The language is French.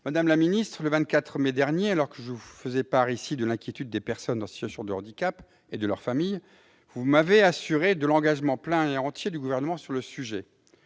Madame la secrétaire d'État, le 24 mai dernier, alors que je vous faisais part ici même de l'inquiétude des personnes en situation de handicap et de leurs familles, vous m'avez assuré de l'engagement plein et entier du Gouvernement sur le sujet.